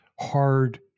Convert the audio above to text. hard